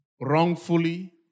wrongfully